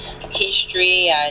history